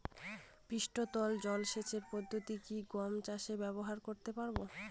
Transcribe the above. পৃষ্ঠতল জলসেচ পদ্ধতি কি গম চাষে ব্যবহার করতে পারব?